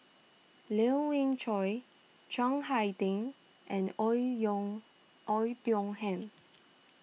Lien Ying Chow Chiang Hai Ding and Oei Yong Oei Tiong Ham